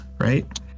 right